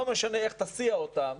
לא משנה איך תסיע אותם,